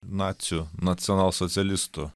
nacių nacionalsocialistų